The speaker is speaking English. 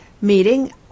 meeting